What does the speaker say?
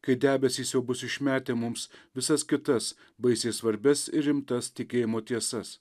kai debesys jau bus išmetę mums visas kitas baisiai svarbias ir rimtas tikėjimo tiesas